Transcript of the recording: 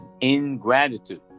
ingratitude